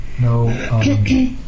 no